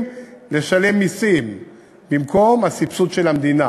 לשלם מסים במקום הסבסוד של המדינה.